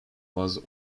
was